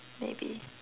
maybe